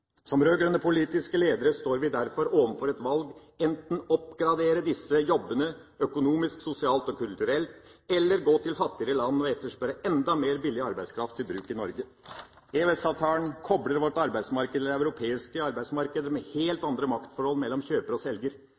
Som rød-grønne politiske ledere står vi derfor overfor et valg – enten å oppgradere disse jobbene økonomisk, sosialt og kulturelt, eller gå til fattigere land og etterspørre enda mer billig arbeidskraft til bruk i Norge. EØS-avtalen kobler vårt arbeidsmarked til det europeiske arbeidsmarkedet, med helt andre maktforhold mellom kjøper og selger.